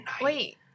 Wait